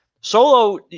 Solo